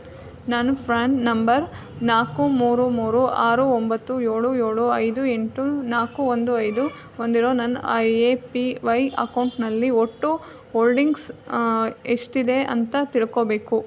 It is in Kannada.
ನಾನು ಫ್ರ್ಯಾನ್ ನಂಬರ್ ನಾಲ್ಕು ಮೂರು ಮೂರು ಆರು ಒಂಬತ್ತು ಏಳು ಏಳು ಐದು ಎಂಟು ನಾಲ್ಕು ಒಂದು ಐದು ಹೊಂದಿರೋ ನನ್ನ ಎ ಪಿ ವೈ ಅಕೌಂಟ್ನಲ್ಲಿ ಒಟ್ಟು ಹೋಲ್ಡಿಂಗ್ಸ್ ಎಷ್ಟಿದೆ ಅಂತ ತಿಳ್ಕೋಬೇಕು